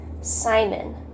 Simon